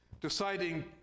deciding